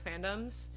fandoms